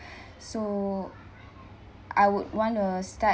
so I would want to start